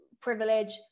privilege